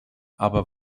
aber